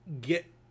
get